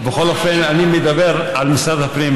אני מדבר על משרד הפנים,